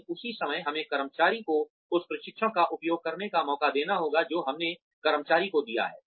लेकिन उसी समय हमें कर्मचारी को उस प्रशिक्षण का उपयोग करने का मौका देना होगा जो हमने कर्मचारी को दिया है